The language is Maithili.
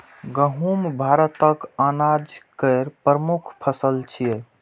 गहूम भारतक अनाज केर प्रमुख फसल छियै